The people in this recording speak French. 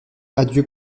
adieu